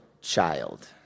child